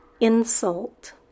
Insult